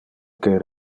que